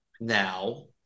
Now